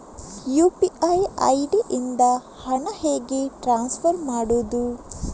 UPI ID ಇಂದ ಹಣ ಹೇಗೆ ಟ್ರಾನ್ಸ್ಫರ್ ಮಾಡುದು?